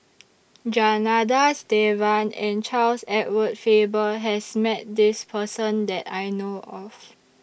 Janadas Devan and Charles Edward Faber has Met This Person that I know of